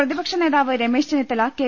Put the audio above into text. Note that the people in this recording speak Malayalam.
പ്രതിപക്ഷ നേതാവ് രമേശ് ചെന്നിത്തല കെ